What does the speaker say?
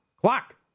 Clock